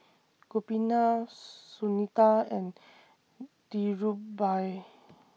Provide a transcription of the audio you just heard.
Gopinath Sunita and Dhirubhai